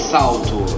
Salto